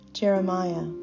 Jeremiah